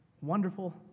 wonderful